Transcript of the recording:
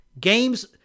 games